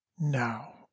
now